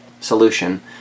solution